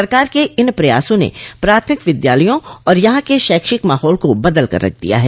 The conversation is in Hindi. सरकार के इन प्रयासों ने प्राथमिक विद्यालयों और यहां के शैक्षिक माहौल को बदल कर रख दिया है